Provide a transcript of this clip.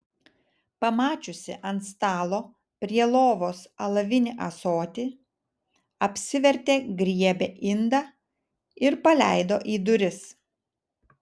pamačiusi ant stalo prie lovos alavinį ąsotį apsivertė griebė indą ir paleido į duris